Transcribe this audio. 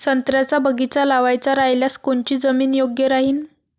संत्र्याचा बगीचा लावायचा रायल्यास कोनची जमीन योग्य राहीन?